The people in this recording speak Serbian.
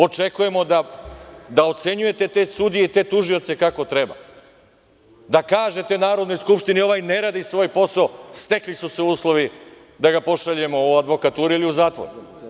Očekujemo da ocenjujete te sudije i te tužioce kako treba, da kažete Narodnoj skupštini - ovaj ne radi svoj posao, stekli su se uslovi da ga pošaljemo u advokaturu ili u zatvor.